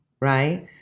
right